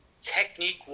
technique